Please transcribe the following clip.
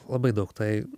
labai daug tai